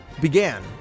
began